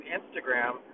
Instagram